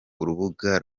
urubuga